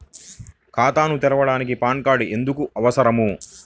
ఖాతాను తెరవడానికి PAN card ఎందుకు అవసరము?